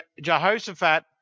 Jehoshaphat